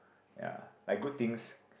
ya like good things